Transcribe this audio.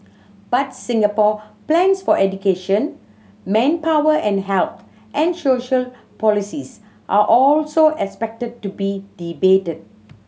but Singapore plans for education manpower and health and social policies are also expected to be debated